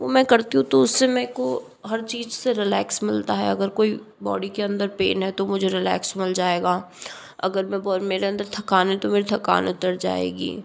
वह मैं करती हूँ तो उससे मेरे को हर चीज़ से रिलैक्स मिलता है अगर कोई बॉडी के अंदर पेन है तो मुझे रिलैक्स मिल जाएगा अगर मेरे अंदर थकान है तो मेरी थकान उतर जायेगी